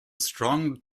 strong